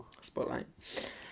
Spotlight